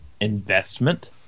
investment